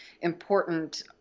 important